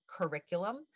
curriculum